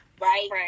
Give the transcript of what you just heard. Right